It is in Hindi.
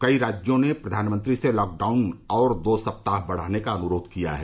कई राज्यों ने प्रधानमंत्री से लॉकडाउन और दो सप्ताह बढ़ाने का अनुरोध किया है